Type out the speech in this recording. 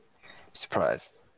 surprise